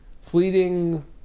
fleeting